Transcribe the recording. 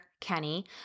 Kenny